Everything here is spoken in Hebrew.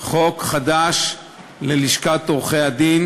חוק חדש ללשכת עורכי-הדין,